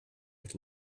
with